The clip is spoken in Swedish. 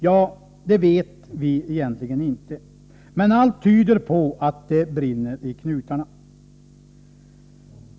Ja, det vet vi egentligen inte, men allt tyder på att det brinner i knutarna.